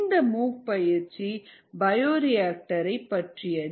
இந்த மூக் பயிற்சி பயோரியாக்டர் ஐ பற்றியது